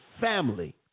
family